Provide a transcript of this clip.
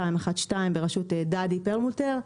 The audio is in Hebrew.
212 ברשות דדי פרלמוטר,